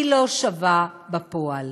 היא לא שווה בפועל.